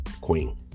queen